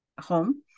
home